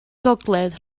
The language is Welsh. gogledd